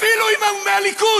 אפילו אם הוא מהליכוד.